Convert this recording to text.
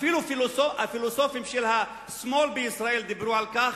אפילו הפילוסופים של השמאל בישראל דיברו על כך,